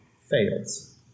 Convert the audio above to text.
fails